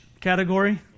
category